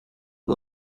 und